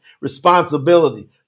responsibility